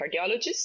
cardiologists